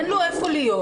אין לו איפה להיות,